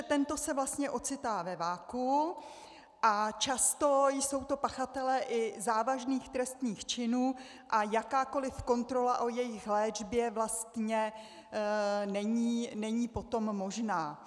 Tento se vlastně ocitá ve vakuu a často jsou to pachatelé i závažných trestných činů a jakákoliv kontrola o jejich léčbě vlastně není potom možná.